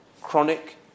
chronic